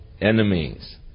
enemies